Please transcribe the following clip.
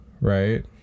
right